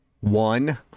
One